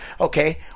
Okay